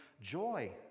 joy